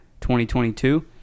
2022